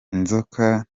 inzoka